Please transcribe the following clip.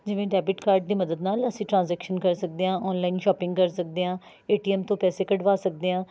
ਜਿਵੇਂ debit card ਦੀ ਮੱਦਦ ਨਾਲ ਅਸੀਂ ਟ੍ਰਾਂਜੇਕਸ਼ਨ ਕਰ ਸਕਦੇ ਹਾਂ ਔਨਲਾਇਨ ਸ਼ੋਪਿੰਗ ਕਰ ਸਕਦੇ ਹਾਂ ਏ ਟੀ ਐਮ ਤੋਂ ਪੈਸੇ ਕਢਵਾ ਸਕਦੇ ਹਾਂ